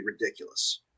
ridiculous